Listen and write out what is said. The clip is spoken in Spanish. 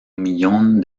millón